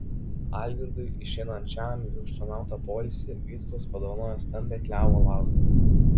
algirdui išeinančiam į užtarnautą poilsį vytautas padovanojo stambią klevo lazdą